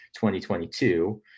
2022